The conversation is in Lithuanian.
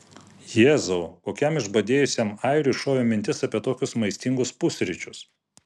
jėzau kokiam išbadėjusiam airiui šovė mintis apie tokius maistingus pusryčius